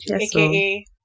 aka